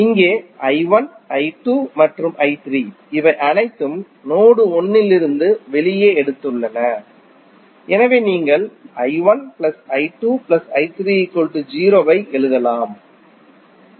இங்கே மற்றும் இவை அனைத்தும் நோடு 1 இலிருந்து வெளியே எடுத்துள்ளன எனவே நீங்கள் ஐ எழுதலாம்